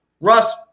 Russ